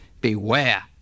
beware